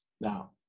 now